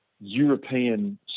European